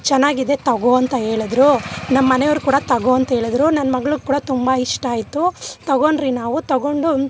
ಚೆನ್ನಾಗಿದೆ ತಗೊ ಅಂತ ಹೇಳದ್ರು ನಮ್ಮಮನೆಯವರ್ ಕೂಡ ತಗೊ ಅಂತ ಹೇಳಿದ್ರು ನನ್ನ ಮಗ್ಳುಗೆ ಕೂಡ ತುಂಬ ಇಷ್ಟ ಆಯಿತು ತಗೊಂಡ್ರಿ ನಾವು ತಗೊಂಡು